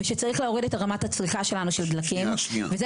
ושצריך להוריד את רמת הצריכה שלנו בדלקים וזה